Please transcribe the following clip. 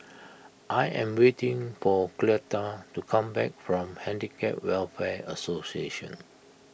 I am waiting for Cleta to come back from Handicap Welfare Association